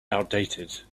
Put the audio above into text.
outdated